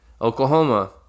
Oklahoma